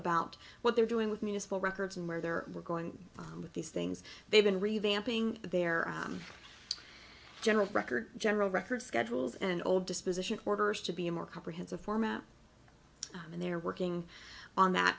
about what they're doing with municipal records and where there were going on with these things they've been revamping their general record general record schedules and old disposition orders to be a more comprehensive format and they are working on that